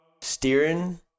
steering